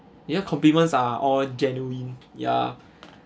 you know compliments are all genuine ya